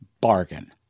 bargain